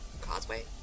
causeway